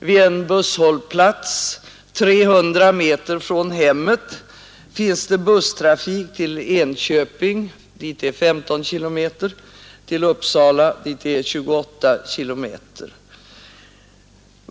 Vid en busshållplats 300 m från hemmet finns det busstrafik till Enköping, dit det är 15 km, och till Uppsala dit det är 28 km.